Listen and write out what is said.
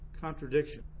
contradiction